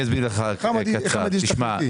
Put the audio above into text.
יש לך שלוש הסתייגויות מספריות שאני מאחדת לך אותן.